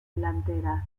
delanteras